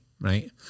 right